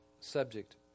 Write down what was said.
subject